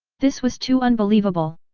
this was too unbelievable!